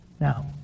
Now